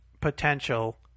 potential